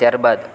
ત્યાર બાદ